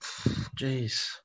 Jeez